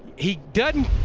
he doesn't